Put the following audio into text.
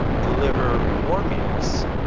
deliver more meals,